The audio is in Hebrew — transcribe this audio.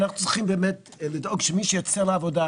עלינו לדאוג שמי שיוצא לעבודה,